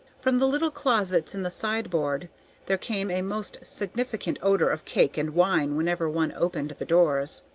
from the little closets in the sideboard there came a most significant odor of cake and wine whenever one opened the doors.